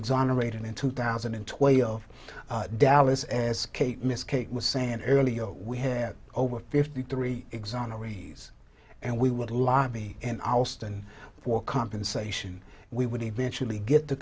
exonerated in two thousand and twenty of dallas as kate miss kate was saying earlier we had over fifty three exonerated days and we would lobby and alston for compensation we would eventually get to